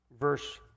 verse